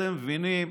אתם מבינים,